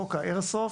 חוק ה"איירסופט".